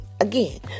Again